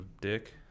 dick